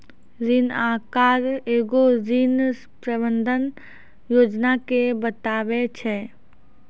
ऋण आहार एगो ऋण प्रबंधन योजना के बताबै छै